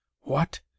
What